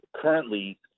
currently